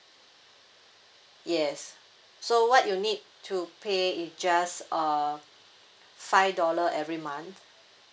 yes so what you need to pay is just uh five dollar every month